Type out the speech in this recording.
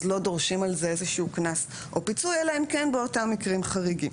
לא דורשים על זה איזה שהוא קנס או פיצוי אלא אם כן באותם מקרים חריגים.